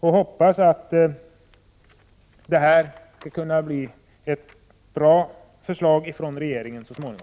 Jag hoppas att regeringen så småningom kommer att utarbeta ett bra förslag.